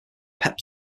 pep